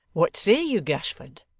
what say you, gashford?